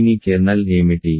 దీని కెర్నల్ ఏమిటి